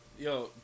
Yo